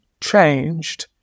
changed